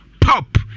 Pop